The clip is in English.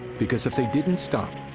because if they didn't stop,